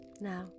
Now